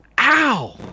Ow